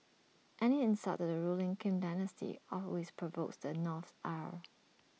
any insult to the ruling Kim dynasty always provokes the North's ire